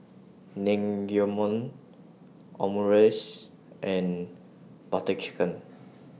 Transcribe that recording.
Naengmyeon Omurice and Butter Chicken